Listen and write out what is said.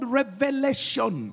revelation